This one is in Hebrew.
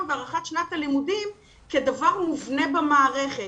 ולהארכת שנת הלימודים כדבר מובנה במערכת.